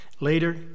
Later